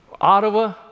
Ottawa